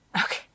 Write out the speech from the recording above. Okay